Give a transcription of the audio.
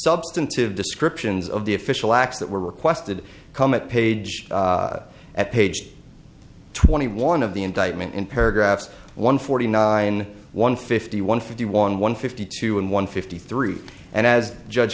substantive descriptions of the official acts that were requested come at page at page twenty one of the indictment in paragraphs one forty nine one fifty one fifty one one fifty two and one fifty three and as judge